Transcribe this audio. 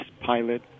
pilot